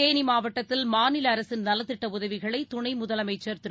தேனி மாவட்டத்தில் மாநில அரசின் நலத்திட்ட உதவிகளை துணை முதலமைச்சர் திரு